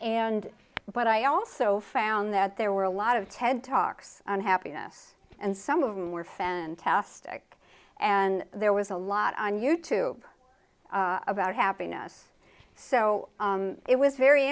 and but i also found that there were a lot of ted talks on happiness and some of them were fantastic and there was a lot on you tube about happiness so it was very